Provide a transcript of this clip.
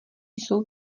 jsou